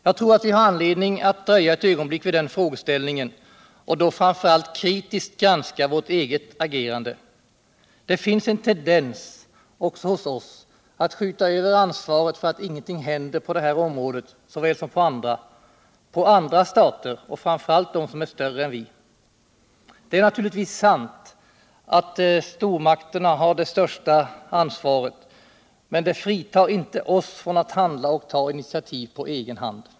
Jag tror att vi har antedning att dröja et ögonblick vid den frågeställningen och då framför allt kritiskt granska vårt eget agerande. De finns en tendens också hos oss alt skjuta över ansvaret för att ingenting händer — på det här området såväl som på andra — på andra stater och fram för allt på dem som är större än vårt land. Det är naturligtvis sant att stormakterna har det största ansvaret, men det fritar inte oss från att handla och ta initiativ på egen hand.